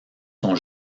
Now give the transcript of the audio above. sont